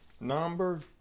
Number